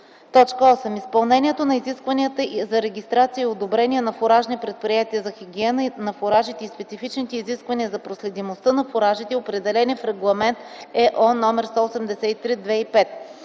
8-11: „8. изпълнението на изискванията за регистрация и одобрение на фуражни предприятия, за хигиена на фуражите и специфичните изисквания за проследимостта на фуражите, определени в Регламент (ЕО)